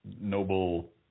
noble